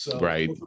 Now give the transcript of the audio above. Right